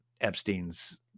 Epstein's